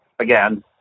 again